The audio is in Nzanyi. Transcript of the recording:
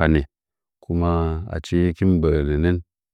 lanɚ kuma achi kin mɨ mɚɚ mgɚɚ nɚnɚ